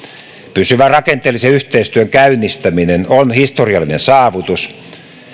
pysyvän rakenteellisen yhteistyön käynnistäminen on historiallinen saavutus